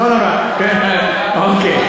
לא נורא, אוקיי.